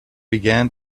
began